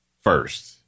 first